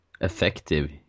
effective